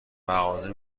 مغازه